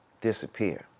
disappear